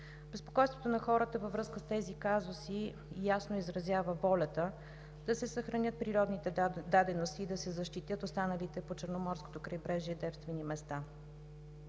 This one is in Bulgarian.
Безпокойството на хората във връзка с тези казуси ясно изразява волята да се съхранят природните дадености и да се защитят останалите по Черноморското крайбрежие девствени места.